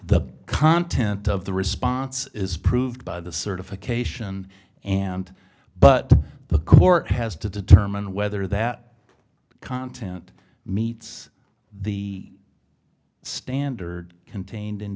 the content of the response is proved by the certification and but the court has to determine whether that content meets the standard contained in